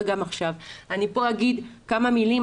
פה אני אומר כמה מילים,